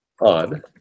on